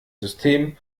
system